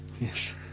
yes